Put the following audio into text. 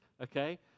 Okay